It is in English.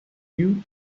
you